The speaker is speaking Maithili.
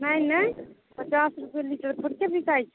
नहि नहि पचास रुपैआ लीटर थोड़के बिकाइ छै